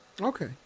Okay